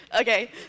Okay